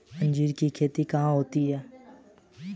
अंजीर की खेती कहाँ होती है?